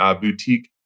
boutique